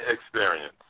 experience